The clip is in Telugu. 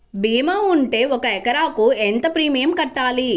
భీమా ఉంటే ఒక ఎకరాకు ఎంత ప్రీమియం కట్టాలి?